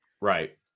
Right